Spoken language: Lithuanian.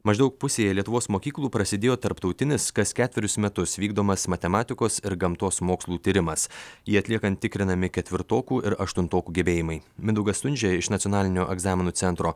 maždaug pusėje lietuvos mokyklų prasidėjo tarptautinis kas ketverius metus vykdomas matematikos ir gamtos mokslų tyrimas jį atliekant tikrinami ketvirtokų ir aštuntokų gebėjimai mindaugas stundžia iš nacionalinio egzaminų centro